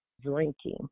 drinking